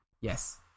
Yes